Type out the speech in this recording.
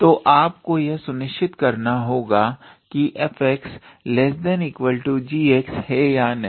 तो आप को यह सुनिश्चित करना होगा कि f𝑥 ≤ 𝑔𝑥 है या नहीं